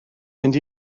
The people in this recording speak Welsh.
mynd